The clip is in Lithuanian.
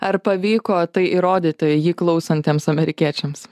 ar pavyko tai įrodyti jį klausantiems amerikiečiams